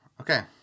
Okay